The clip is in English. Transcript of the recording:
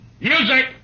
Music